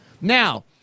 Now